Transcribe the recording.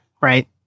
right